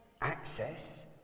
access